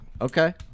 Okay